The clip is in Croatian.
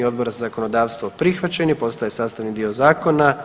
Odbora za zakonodavstvo, prihvaćen je, postaje sastavni dio zakona.